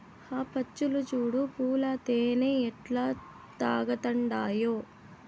ఆ పచ్చులు చూడు పూల తేనె ఎట్టా తాగతండాయో